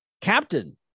captain